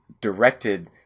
directed